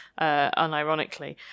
unironically